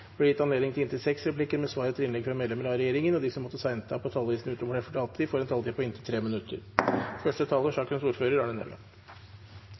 gitt anledning til inntil seks replikker med svar etter innlegg fra medlemmer av regjeringen, og de som måtte tegne seg på talerlisten utover den fordelte taletid, får også en taletid på inntil 3 minutter.